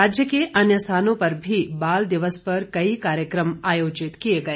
राज्य के अन्य स्थानों पर भी बाल दिवस पर कई कार्यक्रम आयोजित किए गए